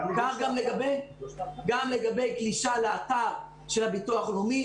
כך גם לגבי גלישה לאתר של ביטוח לאומי.